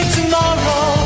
tomorrow